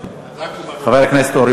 חבר הכנסת אורי